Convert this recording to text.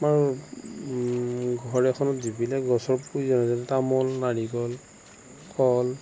আমাৰ ঘৰ এখনত যিবিলাক গছৰ প্ৰয়োজন আছে তামোল নাৰিকল কল